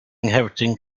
ngherdyn